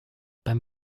beim